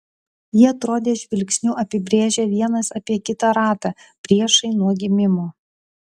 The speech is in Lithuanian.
jie atrodė žvilgsniu apibrėžią vienas apie kitą ratą priešai nuo gimimo